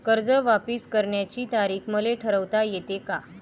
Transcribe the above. कर्ज वापिस करण्याची तारीख मले ठरवता येते का?